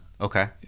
Okay